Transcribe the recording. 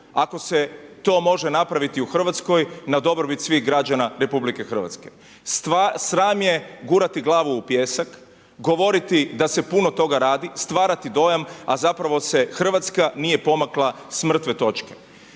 ako se to može napraviti u Hrvatskoj na dobrobit svih građana RH. Sram je gurati glavu u pijesak, govoriti da se puno toga radi, stvarati dojam a zapravo se Hrvatska nije pomakla s mrtve toče.